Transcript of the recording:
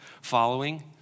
following